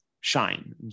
shine